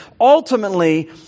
Ultimately